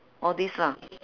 all these lah